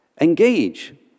engage